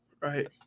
right